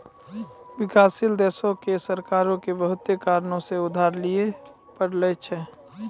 विकासशील देशो के सरकारो के बहुते कारणो से उधार लिये पढ़ै छै